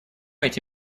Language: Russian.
эти